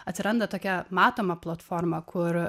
atsiranda tokia matoma platforma kur